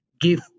give